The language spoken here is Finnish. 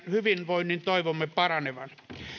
hyvinvoinnin toivomme paranevan